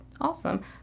awesome